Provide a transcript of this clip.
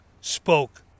spoke